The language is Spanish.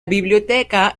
biblioteca